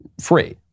free